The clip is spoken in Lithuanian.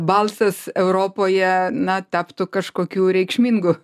balsas europoje na taptų kažkokiu reikšmingu